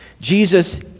Jesus